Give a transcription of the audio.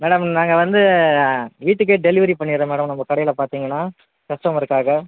madam நாங்கள் வந்து வீட்டுக்கே டெலிவரி பண்ணிடுறோம் மேடம் நம்ம கடையில் பார்த்தீங்கன்னா கஸ்டமருக்காக